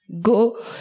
Go